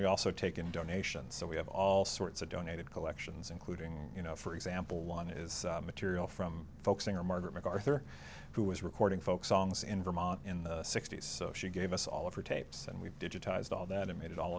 we also take in donations so we have all sorts of donated collections including you know for example one is material from folk singer margaret macarthur who was recording folk songs in vermont in the sixty's so she gave us all of her tapes and we've digitized all that and made it all